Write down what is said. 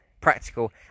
practical